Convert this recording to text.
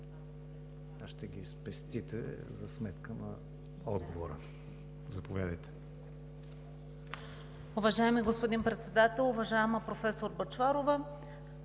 Ще ги спестите за сметка на отговора – заповядайте.